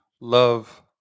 love